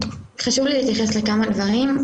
חשוב לי להתייחס לכמה דברים,